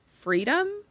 Freedom